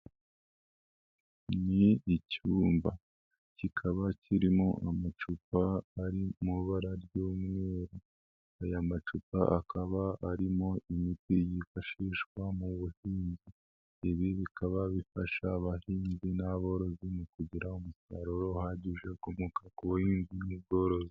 Ni icyumba kikaba kirimo amacupa ari mu ibara ry'umweru, aya macupa akaba arimo imiti yifashishwa mu buhinzi. Ibi bikaba bifasha abahinzi n'aborozi mu kugira umusaruro uhagije ukomoka ku buhinzi n'ubworozi.